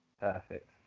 Perfect